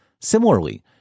Similarly